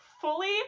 fully